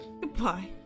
Goodbye